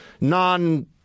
non